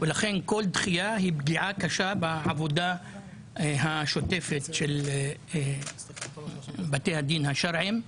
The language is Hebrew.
ולכן כל דחייה היא פגיעה קשה בעבודה השוטפת של בתי הדין השרעיים,